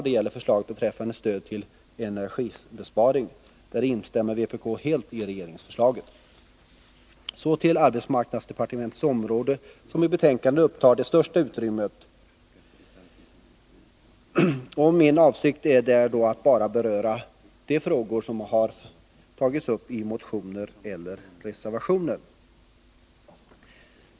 Det gäller förslaget beträffande stöd till energibesparing. Där instämmer vpk helt i regeringsförslaget. Så till arbetsmarknadsdepartementets område, som i betänkandet upptar det största utrymmet. Min avsikt är att bara beröra de frågor som har tagits upp i motioner eller reservationer.